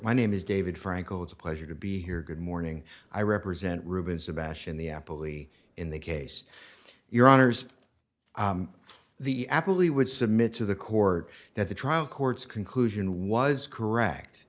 my name is david frankel it's a pleasure to be here good morning i represent reuben sebastian the apple e in the case your honour's the apple e would submit to the court that the trial court's conclusion was correct